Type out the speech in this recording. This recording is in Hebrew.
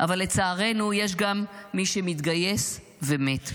אבל לצערנו יש גם מי שמתגייס ומת.